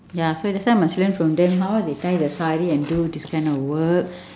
ya so that's why must learn from them how they tie the sari and do this kind of work